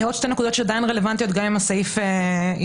עוד 2 נקודות שעדיין רלוונטיות גם אם הסעיף ישונה.